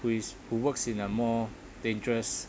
who is who works in a more dangerous